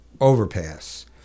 overpass